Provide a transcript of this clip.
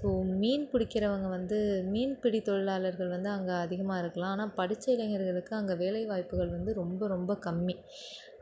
so மீன்பிடிக்கிறவங்க வந்து மீன்பிடி தொழிலாளர்கள் வந்து அங்கே அதிகமாக இருக்கலாம் ஆனால் படிச்ச இளைஞர்களுக்கு அங்கே வேலைவாய்ப்புகள் வந்து ரொம்ப ரொம்ப கம்மி